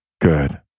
Good